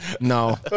No